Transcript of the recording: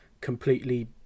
completely